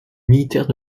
militaires